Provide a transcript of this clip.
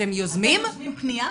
אתם יוזמים פנייה?